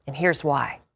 and here is why.